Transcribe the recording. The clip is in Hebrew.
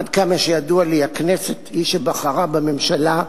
עד כמה שידוע לי, הכנסת היא שבחרה בממשלה,